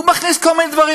הוא מכניס כל מיני דברים,